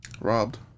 robbed